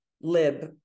lib